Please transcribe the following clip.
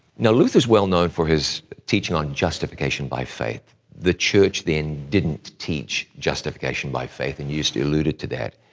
now, luther is well known for his teaching on justification by faith. the church then didn't teach justification by faith, and you just eluded to that.